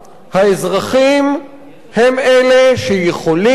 האזרחים הם אלה שיכולים,